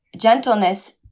gentleness